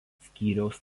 skyriaus